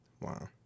Wow